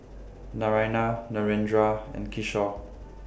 Naraina Narendra and Kishore